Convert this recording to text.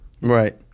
Right